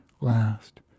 last